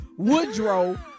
Woodrow